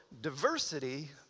diversity